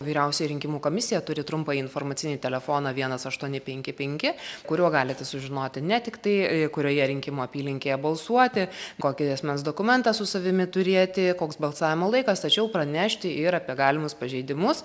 vyriausioji rinkimų komisija turi trumpąjį informacinį telefoną vienas aštuoni penki penki kuriuo galite sužinoti ne tik tai kurioje rinkimų apylinkėje balsuoti kokį asmens dokumentą su savimi turėti koks balsavimo laikas tačiau pranešti ir apie galimus pažeidimus